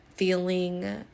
feeling